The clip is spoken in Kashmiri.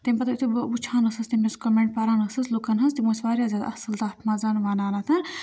تَمہِ پَتہٕ یُتھُے بہٕ وٕچھان ٲسٕس تہٕ یُس کَمینٛٹ پَران ٲسٕس لُکَن ہٕنٛز تِم ٲسۍ واریاہ زیادٕ اَصٕل تَتھ منٛز وَنان اَتھٕ